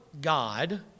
God